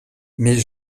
mais